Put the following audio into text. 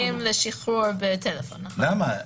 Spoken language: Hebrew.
למה?